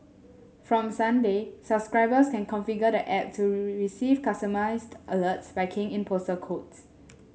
from Sunday subscribers can configure the app to receive customised alerts by keying in postal codes